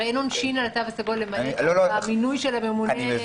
הרי אין עונשין על התו הסגול למעט המינוי של הממונה קורונה.